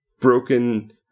broken